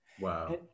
Wow